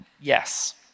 Yes